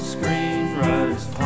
Screenwriters